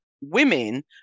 women